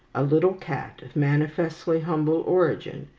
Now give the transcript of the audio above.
a little cat of manifestly humble origin,